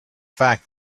fact